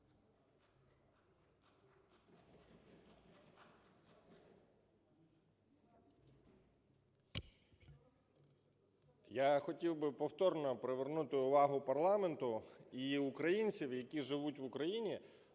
Я хотів би повторно привернути увагу парламенту і українців, які живуть в Україні,